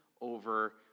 over